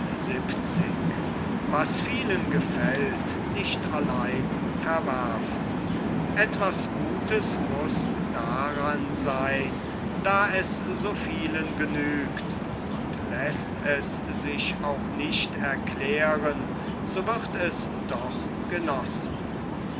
was vielen gefällt nicht allein verwerfen etwas gutes muß daran seyn da es so vielen genügt und läßt es sich auch nicht erklären so wird es doch genossen